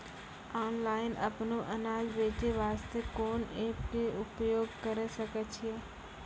Online अपनो अनाज बेचे वास्ते कोंन एप्प के उपयोग करें सकय छियै?